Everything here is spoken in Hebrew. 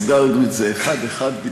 סידרתי את זה אחד-אחד,